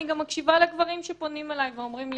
אני גם מקשיבה לגברים שפונים אליי ואומרים לי,